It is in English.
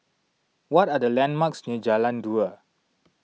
what are the landmarks near Jalan Dua